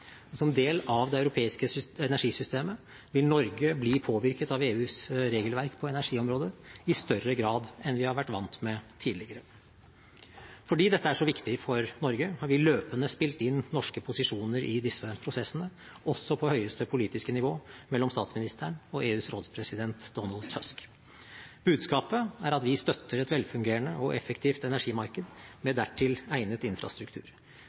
Som del av det europeiske energisystemet vil Norge bli påvirket av EUs regelverk på energiområdet i større grad enn vi har vært vant med tidligere. Fordi dette er så viktig for Norge, har vi løpende spilt inn norske posisjoner i disse prosessene, også på høyeste politiske nivå mellom statsministeren og EUs rådspresident Donald Tusk. Budskapet er at vi støtter et velfungerende og effektivt energimarked med dertil egnet infrastruktur.